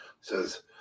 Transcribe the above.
says